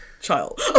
child